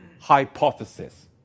hypothesis